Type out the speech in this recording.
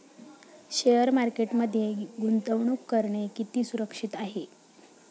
Share मार्केटमध्ये गुंतवणूक करणे किती सुरक्षित आहे?